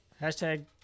Hashtag